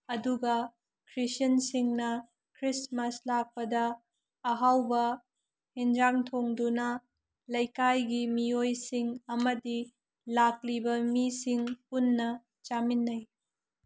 ꯑꯗꯨꯒ ꯈ꯭ꯔꯤꯁꯇ꯭ꯌꯥꯟꯁꯤꯡꯅ ꯈ꯭ꯔꯤꯁꯃꯥꯁ ꯂꯥꯛꯄꯗ ꯑꯍꯥꯎꯕ ꯑꯦꯟꯁꯥꯡ ꯊꯣꯡꯗꯨꯅ ꯂꯩꯀꯥꯏꯒꯤ ꯃꯤꯑꯣꯏꯁꯤꯡ ꯑꯃꯗꯤ ꯂꯥꯛꯂꯤꯕ ꯃꯤꯁꯤꯡ ꯄꯨꯟꯅ ꯆꯥꯃꯤꯟꯅꯩ